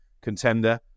contender